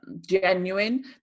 genuine